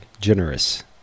generous